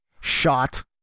shot